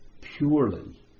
purely